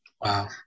wow